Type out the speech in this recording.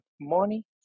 money